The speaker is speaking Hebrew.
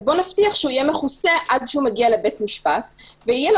אז בוא נבטיח שיהיה מכוסה עד שמגיע לבית משפט ותהיה לו